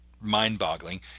mind-boggling